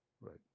Right